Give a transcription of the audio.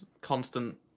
constant